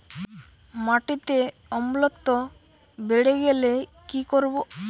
মাটিতে অম্লত্ব বেড়েগেলে কি করব?